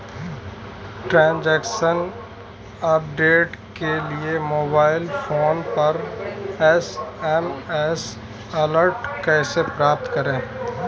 Transaction update के लिए mobile phone पर एस.एम.एस अलर्ट कैसे प्राप्त करें?